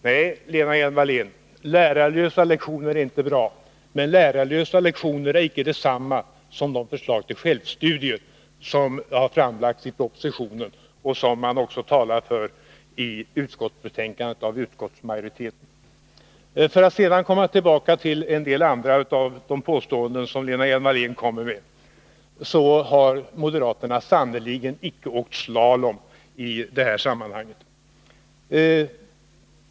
Herr talman! Nej, Lena Hjelm-Wallén, lärarlösa lektioner är inte bra. Men lärarlösa lektioner är icke detsamma som det förslag till självstudier som har framlagts i propositionen och som utskottsmajoriteten talar för i betänkandet. Jag vill sedan komma tillbaka till en del av de andra påståenden som Lena Hjelm-Wallén gjorde. Moderaterna har sannerligen icke åkt slalom i detta sammanhang.